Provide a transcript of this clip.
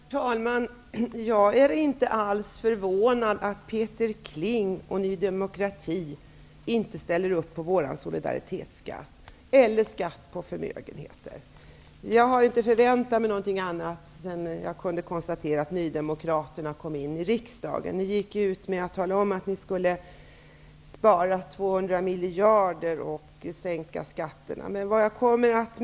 Herr talman! Jag är inte alls förvånad över att Peter Kling och Ny demokrati inte ställer upp på vår solidaritetsskatt eller på skatt på förmögenheter. Jag har inte väntat mig någonting annat. Ni nydemokrater gick ju ut med att ni skulle spara 200 miljarder och sänka skatterna när ni kom in i riksdagen.